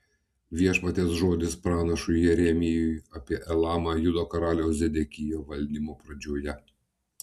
viešpaties žodis pranašui jeremijui apie elamą judo karaliaus zedekijo valdymo pradžioje